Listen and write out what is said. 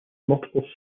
multiple